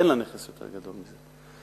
אין לה נכס יותר גדול מזה.